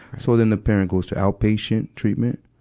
so then, the parent goes to outpatient treatment.